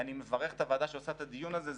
אני מברך את הוועדה שעושה את הדיון הזה,